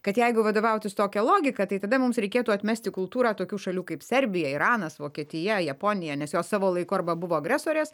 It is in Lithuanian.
kad jeigu vadovautis tokia logika tai tada mums reikėtų atmesti kultūrą tokių šalių kaip serbija iranas vokietija japonija nes jos savo laiku arba buvo agresorės